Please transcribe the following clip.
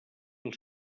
els